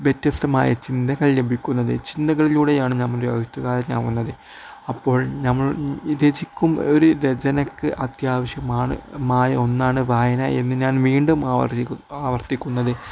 വ്യത്യസ്തമായ ചിന്തകൾ ലഭിക്കുന്നത് ചിന്തകളിലൂടെയാണ് നമ്മൾ എഴുത്തുകാരനാവുന്നത് അപ്പോൾ നമ്മൾ രചിക്കും ഒരു രചനയ്ക്ക് അത്യാവശ്യമായ ഒന്നാണ് വായന എന്ന് ഞാൻ വീണ്ടും ആവർത്തിക്കുന്നത്